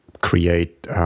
create